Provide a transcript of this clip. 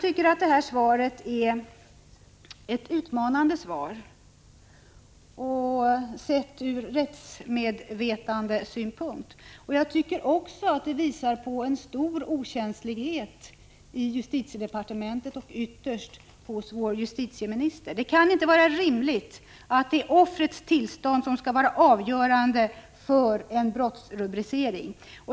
Detta svar är ett utmanande svar, sett från rättsmedvetandesynpunkt. Det visar också en stor okänslighet i justitiedepartementet och ytterst hos vår justitieminister. Det kan inte vara rimligt att det är offrets tillstånd som skall vara avgörande för en brottsrubricering.